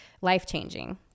Life-changing